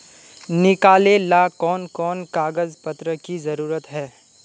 निकाले ला कोन कोन कागज पत्र की जरूरत है?